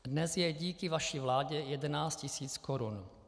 Dnes je díky vaší vládě 11 tisíc korun.